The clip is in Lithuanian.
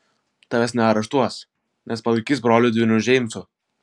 tavęs neareštuos nes palaikys broliu dvyniu džeimsu